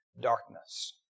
darkness